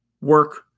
Work